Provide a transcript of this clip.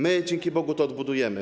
My dzięki Bogu to odbudujemy.